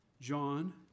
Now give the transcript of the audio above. John